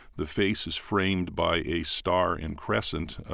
the face is framed by a star and crescent.